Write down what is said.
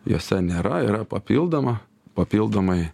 juose nėra yra papildoma papildomai